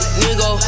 nigga